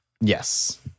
Yes